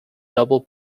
double